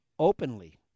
Openly